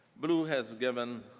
bluu has given